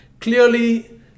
Clearly